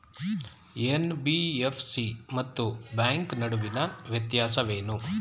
NBFC ಮತ್ತು bank ನಡುವಿನ ವ್ಯತ್ಯಾಸವೇನು?